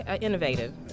innovative